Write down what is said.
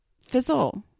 fizzle